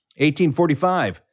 1845